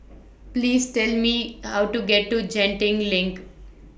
Please Tell Me How to get to Genting LINK